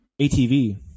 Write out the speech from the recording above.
ATV